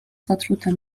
zatrute